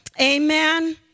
Amen